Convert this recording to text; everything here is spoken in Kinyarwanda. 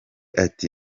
ati